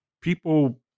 people